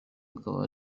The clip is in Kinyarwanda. akaba